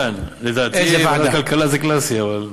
איתן, לדעתי ועדת הכלכלה זה קלאסי, אבל,